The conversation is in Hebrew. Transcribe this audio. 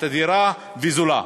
תדירה וזולה.